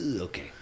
Okay